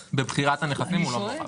בבחירת הנכסים הוא לא מעורב.